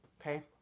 okay